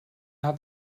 hat